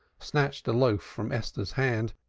snatched a loaf from esther's hand,